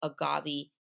agave